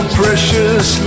precious